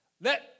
let